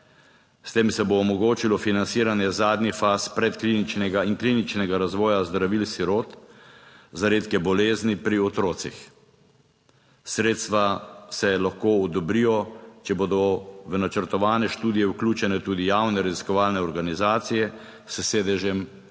S tem se bo omogočilo financiranje zadnjih faz predkliničnega in kliničnega razvoja zdravil sirot za redke bolezni pri otrocih. Sredstva se lahko odobrijo, če bodo v načrtovane študije vključene tudi javne raziskovalne organizacije s sedežem